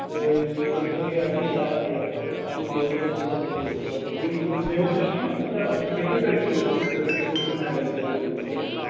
تہٕ مےٚ ؤنۍتو یہِ اَتھ یہِ حظ یہِ گوٚو دۄد واتہِ صُبحَن تیٚلہِ ییٚلہِ اچھا گوٚو یہِ گوٚو ٹھیٖک مےٚ ؤنۍتو یہِ چھُنا کُنہِ ساتہٕ بیٚیہِ چھِ مےٚ ترٛےٚ کِلوٗ مطلب ترٛےٚ ترٛےٚ کِلوٗ گژھَن مےٚ ایٚویلیبُل گژھٕنۍ یہِ پٔر ڈیٚے